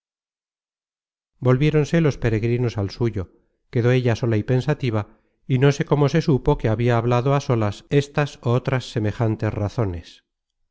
hablalla volviéronse los peregrinos al suyo quedó ella sola y pensativa y no sé cómo se supo que habia hablado á solas estas ó otras semejantes razones